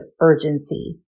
urgency